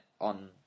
on